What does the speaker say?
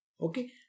Okay